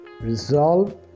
resolve